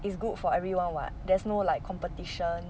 is good for everyone [what] there's no like competition